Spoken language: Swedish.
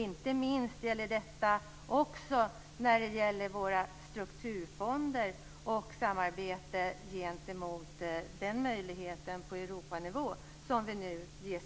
Inte minst handlar det då också om våra strukturfonder och samarbetet visavi den möjlighet på Europanivå som nu ges.